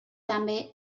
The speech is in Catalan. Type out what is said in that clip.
també